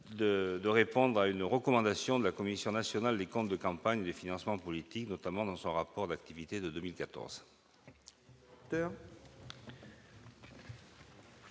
de répondre à une recommandation de la Commission nationale des comptes de campagne et des financements politiques, notamment dans son seizième rapport d'activité,